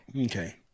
Okay